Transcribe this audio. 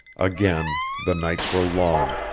again the nights were long,